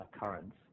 occurrence